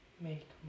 make